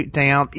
down